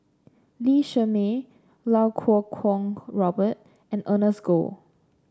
Lee Shermay Iau Kuo Kwong Robert and Ernest Goh